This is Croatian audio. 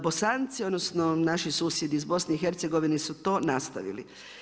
Bosanci, odnosno, naši susjedi iz BIH su to nastavili.